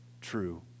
true